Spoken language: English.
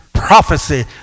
prophecy